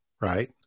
right